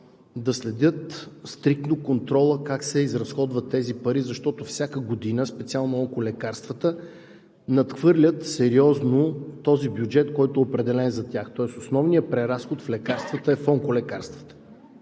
да следят стриктно контрола как се изразходват тези пари, защото всяка година специално онколекарствата сериозно надхвърлят този бюджет, определен за тях, тоест основният преразход в лекарствата е в онколекарствата.